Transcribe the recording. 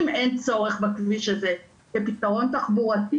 אם אין צורך בכביש הזה כפתרון תחבורתי